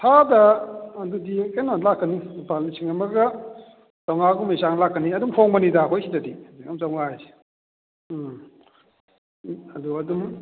ꯊꯥꯗ ꯑꯗꯨꯗꯤ ꯀꯩꯅꯣ ꯂꯥꯛꯀꯅꯤ ꯂꯨꯄꯥ ꯂꯤꯁꯤꯡ ꯑꯃꯒ ꯆꯥꯝꯃꯉꯥꯒꯨꯝꯕꯩ ꯆꯥꯡ ꯂꯥꯛꯀꯅꯤ ꯑꯗꯨꯝ ꯊꯣꯡꯕꯅꯤꯗ ꯑꯩꯈꯣꯏ ꯁꯤꯗꯗꯤ ꯂꯤꯁꯤꯡ ꯑꯃ ꯆꯥꯝꯃꯉꯥ ꯍꯥꯏꯁꯦ ꯎꯝ ꯑꯗꯨ ꯑꯗꯨꯝ